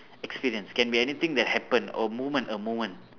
experience can be anything that happened a moment a moment